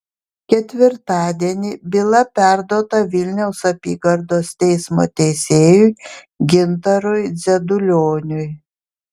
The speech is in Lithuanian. ketvirtadienį byla perduota vilniaus apygardos teismo teisėjui gintarui dzedulioniui